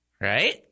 right